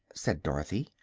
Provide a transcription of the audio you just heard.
said dorothy,